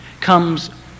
comes